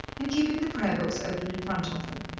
and keeping the prayer-books open in front of them.